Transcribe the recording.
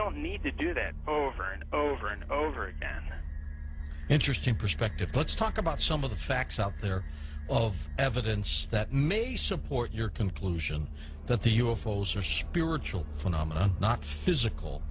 don't need to do that over and over and over again interesting perspective let's talk about some of the facts out there of evidence that may support your conclusion that the you'll souls are spiritual phenomena not physical